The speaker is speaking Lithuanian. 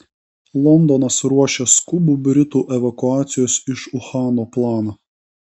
londonas ruošia skubų britų evakuacijos iš uhano planą